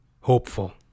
hopeful